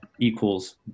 equals